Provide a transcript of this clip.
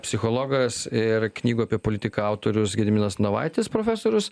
psichologas ir knygų apie politiką autorius gediminas navaitis profesorius